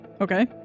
Okay